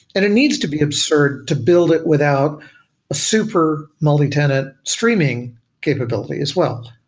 it it needs to be absurd to build it without a super multi-tenant streaming capability as well.